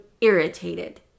irritated